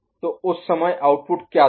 तो उस समय आउटपुट क्या थे